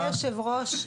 אדוני היושב-ראש.